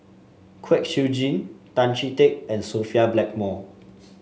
Kwek Siew Jin Tan Chee Teck and Sophia Blackmore